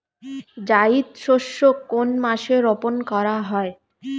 জায়িদ শস্য কোন মাসে রোপণ করা হয়?